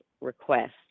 request